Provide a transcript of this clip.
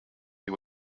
you